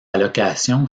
allocation